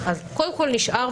קודם כל נשאר,